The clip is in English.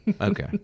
Okay